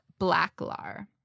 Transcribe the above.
Blacklar